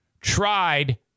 tried